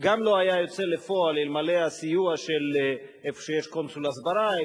לא היה יוצא לפועל אלמלא הסיוע של קונסול הסברה,